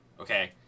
Okay